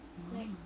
mmhmm